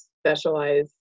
specialize